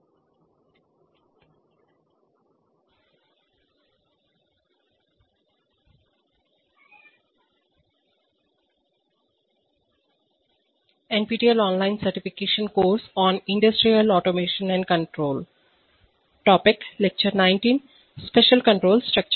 keyword तापमान गड़बड़ी cascade नियंत्रण प्रतिक्रिया नियंत्रण नियंत्रण लूप रिएक्टर भाप प्रवाह दरस्टीम फ्लो रेट